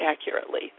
accurately